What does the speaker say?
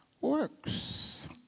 works